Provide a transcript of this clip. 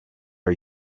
are